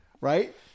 right